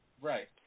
Right